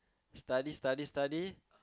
study study study